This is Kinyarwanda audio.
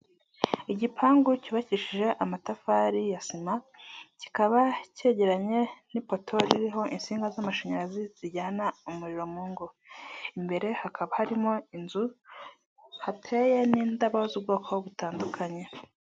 Igipangu cyubakishije amatafari ya sima, kikaba cyegeranye n'ipoto ririho insinga z'amashanyarazi zijyana umuriro mu ngo. Imbere hakaba harimo inzu hateye n'indabo z'ubwoko butandukanye.